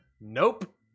Nope